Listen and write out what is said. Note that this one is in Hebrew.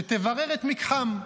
שתברר את מקחם.